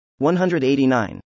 189